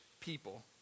people